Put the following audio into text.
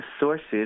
sources